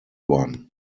one